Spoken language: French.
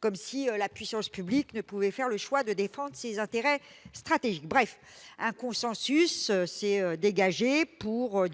Comme si la puissance publique ne pouvait faire le choix de défendre ses intérêts stratégiques ... Bref, un consensus s'est dégagé pour